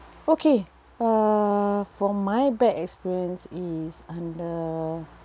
okay uh for my bad experience is under